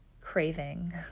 craving